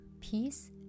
peace